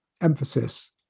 emphasis